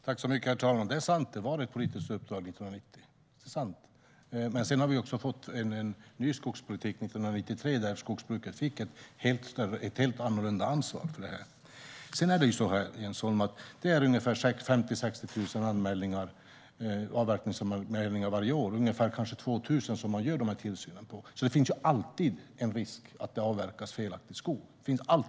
Herr talman! Det är sant att det var ett politiskt uppdrag 1990. Men sedan fick vi en ny skogspolitik 1993, då skogsbruket fick ett helt annorlunda ansvar för det här. Sedan är det så här, Jens Holm, att det kommer in 50 000-60 000 avverkningsanmälningar varje år, och det är ungefär 2 000 som man gör den här tillsynen på. Det finns alltså alltid en risk att man avverkar felaktig skog.